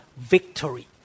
victory